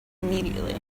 immediately